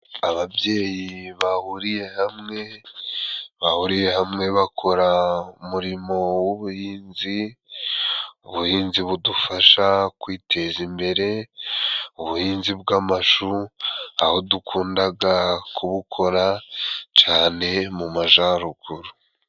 Ababyeyi bahuriye hamwe, bahuriye hamwe bakora umurimo w'ubuhinzi, ubuhinzi budufasha kwiteza imbere, ubuhinzi bw'amashu, aho dukundaga kubukora cane mu majaruguru.